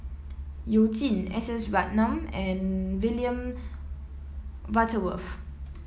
You Jin S S Ratnam and William Butterworth